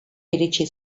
iritsi